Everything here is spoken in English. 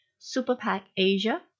superpackasia